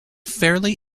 fairly